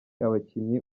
abakinnyi